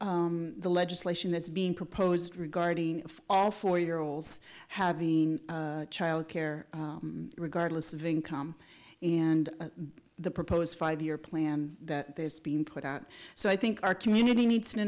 the legislation that's being proposed regarding all four year olds having childcare regardless of income and the proposed five year plan that there's been put out so i think our community needs to